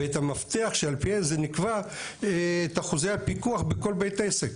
ואת המפתח שעל פיו נקבע אחוז הפיקוח בכל בית עסק,